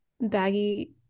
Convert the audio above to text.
baggy